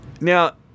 Now